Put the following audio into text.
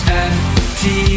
empty